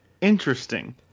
Interesting